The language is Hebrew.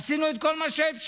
עשינו את כל מה שאפשר,